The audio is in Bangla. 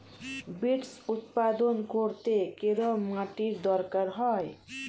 বিটস্ উৎপাদন করতে কেরম মাটির দরকার হয়?